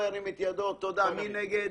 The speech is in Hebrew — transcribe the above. מי נגד?